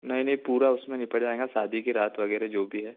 नहीं नहीं पूरा उसमें निपट जाएगा शादी की रात वगैरह जो भी है